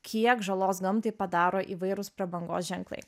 kiek žalos gamtai padaro įvairūs prabangos ženklai